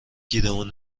گیرمون